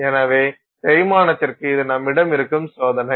எனவே தேய்மானத்திற்கு இது நம்மிடம் இருக்கும் சோதனை